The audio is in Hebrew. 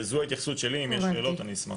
זו ההתייחסות שלי, אם יש שאלות אני אשמח.